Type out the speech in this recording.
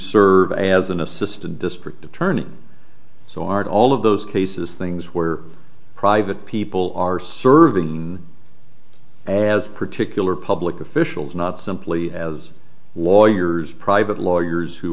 serve as an assistant district attorney so aren't all of those cases things where private people are serving as particular public officials not simply as warriors private lawyers who